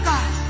God